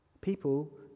People